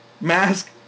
mask